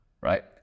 Right